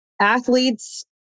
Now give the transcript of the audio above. athletes